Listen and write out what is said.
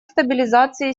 стабилизации